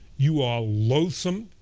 you are loathsome,